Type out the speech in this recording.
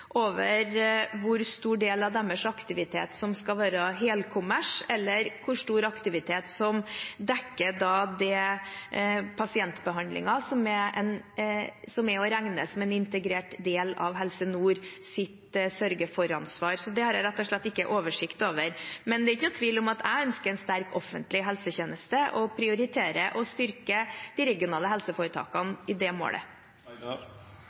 over hvor stor del av deres aktivitet som skal være helkommersiell, eller hvor stor aktivitet som dekker pasientbehandlingen som er å regne som en integrert del av Helse Nords sørge-for-ansvar. Det har jeg rett og slett ikke oversikt over. Men det er ingen tvil om at jeg ønsker en sterk offentlig helsetjeneste og prioriterer å styrke de regionale helseforetakene i det målet.